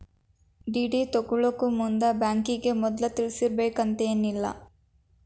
DD ತಗ್ಸ್ಕೊಳೊಮುಂದ್ ಬ್ಯಾಂಕಿಗೆ ಮದ್ಲ ತಿಳಿಸಿರ್ಬೆಕಂತೇನಿಲ್ಲಾ